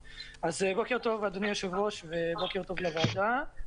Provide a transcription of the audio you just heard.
בוקר טוב, אדוני היושב-ראש, ובוקר טוב לוועדה.